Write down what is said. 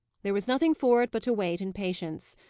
there was nothing for it but to wait in patience.